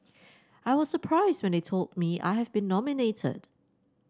I was surprised when they told me I have been nominated